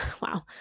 wow